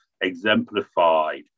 exemplified